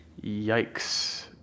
Yikes